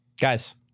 guys